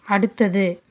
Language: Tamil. அடுத்தது